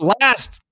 last